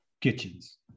kitchens